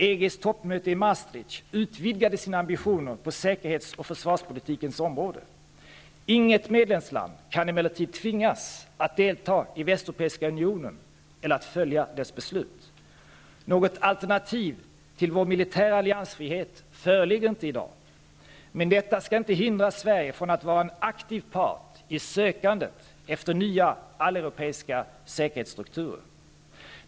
EG:s toppmöte i Maastricht utvidgade sina ambitioner på säkerhets och försvarspolitikens område. Inget medlemsland kan emellertid tvingas att delta i Västeuropeiska unionen eller att följa dess beslut. Något alternativ till vår militära alliansfrihet föreligger inte i dag. Men detta skall inte hindra Sverige från att vara en aktiv part i sökandet efter nya alleuropeiska säkerhetsstrukturer.